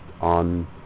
on